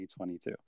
2022